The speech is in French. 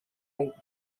environ